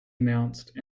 announced